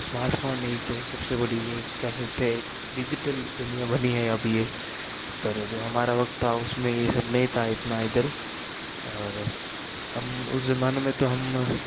smartphone ने ही तो सबसे बड़ी जो कह सकते हैं कि एक डिजिटल दुनिया बनी है अब ये पर जो हमारा वक्त था उसमें ये सब नहीं था इतना इधर और हम उस ज़माने में तो हम